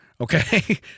okay